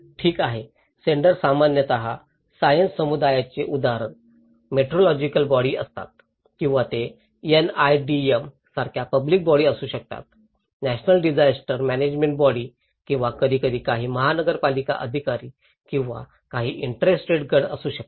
ठीक आहे सेंडर सामान्यत सायन्स समुदायाचे उदाहरण मेट्रोलॉजिकल बॉडी असतात किंवा ते NIDM सारख्या पब्लिक बॉडी असू शकतात नॅशनल डिजास्टर मॅनेजमेंट बॉडी किंवा कधीकधी काही महानगरपालिका अधिकारी किंवा काही इंटरेस्ट गट असू शकतात